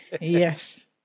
yes